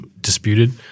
disputed